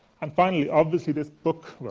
and finally, obviously this book well,